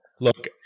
Look